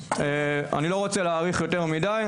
אני לא רוצה להאריך יותר מדי,